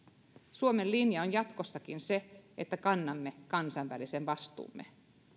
suomen linja on jatkossakin se että kannamme kansainvälisen vastuumme